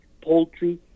poultry